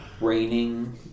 raining